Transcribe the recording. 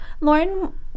Lauren